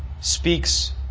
speaks